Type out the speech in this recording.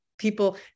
People